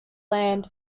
land